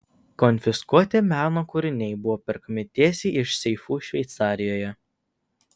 konfiskuoti meno kūriniai buvo perkami tiesiai iš seifų šveicarijoje